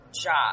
job